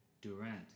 Durant